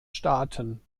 staaten